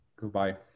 Goodbye